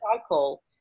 cycle